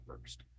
first